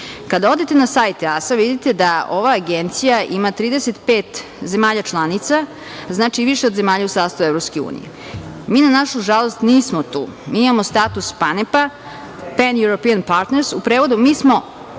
Kada odete na sajt EASA, vidite da ova agencija ima 35 zemalja članica, odnosno više od zemalja u sastavu EU. Mi, na našu žalost, nismo tu. Mi imamo status PANEP-a, Pan-European Partners. U prevodu – mi smo